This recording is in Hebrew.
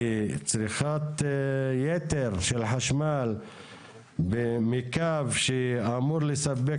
כי צריכת יתר של חשמל מקו שאמור לספק